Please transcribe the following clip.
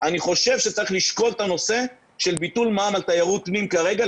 אני חושב שצריך לשקול את הנושא של ביטול מע"מ על תיירות פנים כרגע,